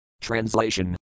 Translation